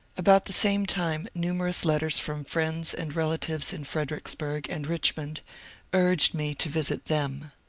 about the same time numerous letters from friends and relatives in fredericksburg and richmond urged me to visit them.